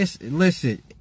Listen